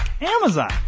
Amazon